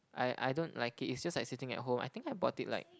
I I don't like it it's just like sitting at home I think I bought it like